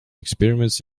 experiments